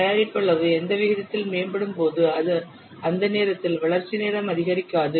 தயாரிப்பு அளவு எந்த விகிதத்தில் மேம்படும் போது அந்த நேரத்தில் வளர்ச்சி நேரம் அதிகரிக்காது